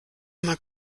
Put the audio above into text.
immer